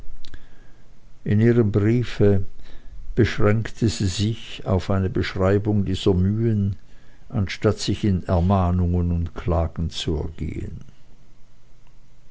in ihrem briefe beschränkte sie sich auf eine beschreibung dieser mühen anstatt sich in ermahnungen und klagen zu ergehen